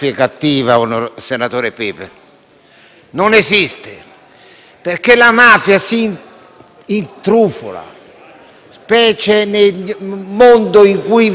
non esiste perché la mafia si intrufola, specie nel mondo in cui vi è disponibilità economica,